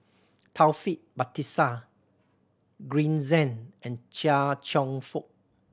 Taufik Batisah Green Zeng and Chia Cheong Fook